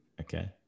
Okay